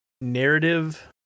narrative